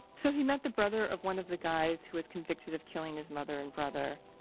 so, he met the brother of one of the guys who was convicted of killing his mother and brother.